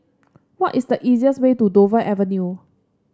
what is the easiest way to Dover Avenue